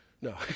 No